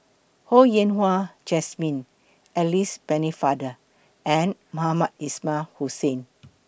Ho Yen Wah Jesmine Alice Pennefather and Mohamed Ismail Hussain